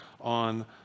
on